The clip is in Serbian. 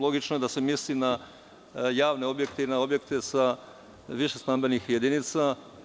Logično je da se misli na javne objekte i na objekte sa više stambenih jedinica.